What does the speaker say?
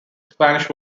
spanish